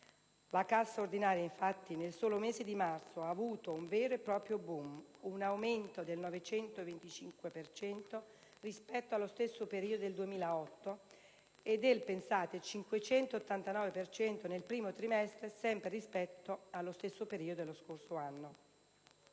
La cassa ordinaria, infatti, nel solo mese di marzo ha avuto un vero e proprio *boom*, con un aumento del 925 per cento rispetto allo stesso periodo del 2008 e - pensate - del 589 per cento nel primo trimestre sempre rispetto allo stesso periodo dello scorso anno.